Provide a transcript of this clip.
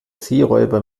seeräuber